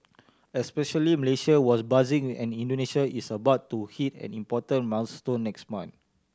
especially Malaysia was buzzing and Indonesia is about to hit an important milestone next month